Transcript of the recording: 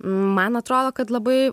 man atrodo kad labai